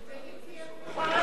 תהיה מוכן,